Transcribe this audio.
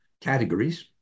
categories